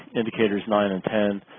indicators nine and ten